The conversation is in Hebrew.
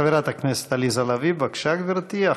חברת הכנסת עליזה לביא, בבקשה, גברתי.